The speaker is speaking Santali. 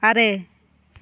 ᱟᱨᱮ